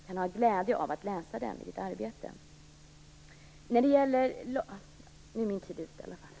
Jag hoppas i så fall att han kan ha glädje av att läsa den i sitt arbete.